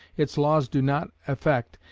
its laws do not affect,